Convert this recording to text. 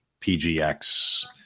PGX